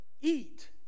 eat